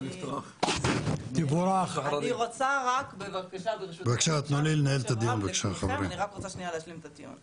אני רק רוצה להשלים את הדיון.